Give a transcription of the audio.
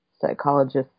psychologists